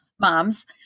moms